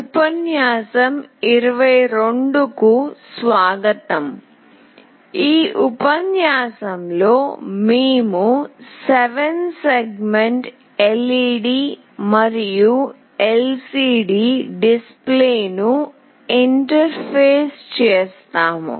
ఉపన్యాసం 22 కు స్వాగతం ఈ ఉపన్యాసంలో మేము 7 సెగ్మెంట్ LED మరియు LCD డిస్ప్లేలను ఇంటర్ఫేస్ చేస్తాము